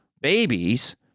babies